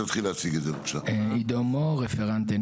ולכן עליתי לומר כמה מילים, לטובת ציבור